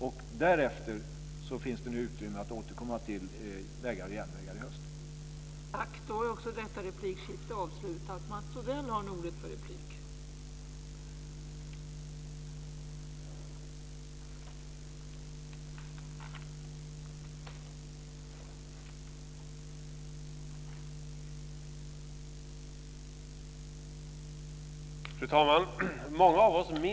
Och därefter finns det nu utrymme att återkomma till vägar och järnvägar i höst.